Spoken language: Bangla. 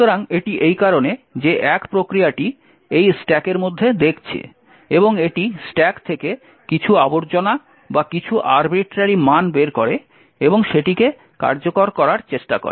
সুতরাং এটি এই কারণে যে 1 প্রক্রিয়াটি এই স্ট্যাকের মধ্যে দেখছে এবং এটি স্ট্যাক থেকে কিছু আবর্জনা বা কিছু আর্বিট্রারি মান বের করে এবং সেটিকে কার্যকর করার চেষ্টা করে